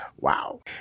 Wow